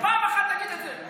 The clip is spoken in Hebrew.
פעם אחת תגיד את זה.